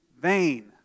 vain